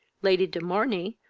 lady de morney,